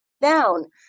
down